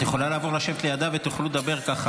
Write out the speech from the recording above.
את יכולה לעבור לשבת לידה ותוכל לדבר כך.